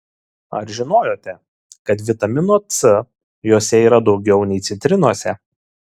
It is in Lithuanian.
ar žinojote kad vitamino c jose yra daugiau nei citrinose